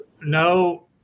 no